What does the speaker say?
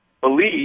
believe